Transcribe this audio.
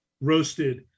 roasted